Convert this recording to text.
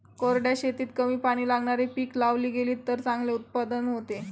कोरड्या शेतीत कमी पाणी लागणारी पिकं लावली गेलीत तर चांगले उत्पादन होते